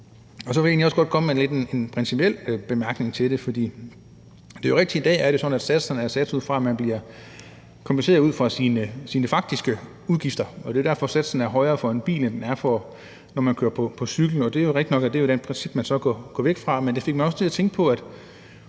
jeg egentlig også godt komme med en principiel bemærkning til det. Det er jo rigtigt, er det i dag er sådan, at satserne er fastsat på den måde, at man bliver kompenseret ud fra sine faktiske udgifter, og det er derfor, satsen er højere for en bil, end den er, når man kører på cykel, og det er jo rigtigt nok, at det så er det princip, man så går væk fra. Men det fik mig til at tænke på, at